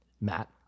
Matt